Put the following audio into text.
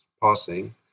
passing